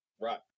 Right